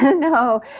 and no.